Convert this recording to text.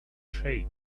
shape